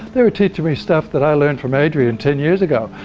they were teaching me stuff that i learnt from adriaan ten years ago.